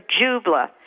Jubla